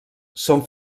són